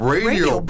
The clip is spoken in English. RADIO